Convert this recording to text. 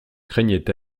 craignait